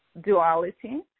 duality